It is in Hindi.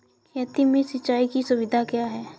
खेती में सिंचाई की सुविधा क्या है?